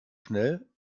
schnell